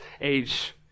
age